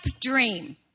dream